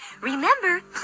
remember